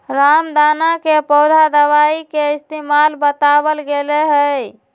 रामदाना के पौधा दवाई के इस्तेमाल बतावल गैले है